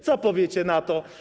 Co powiecie na to?